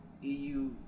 EU